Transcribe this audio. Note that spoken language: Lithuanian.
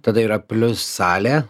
tada yra plius salė